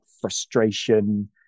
frustration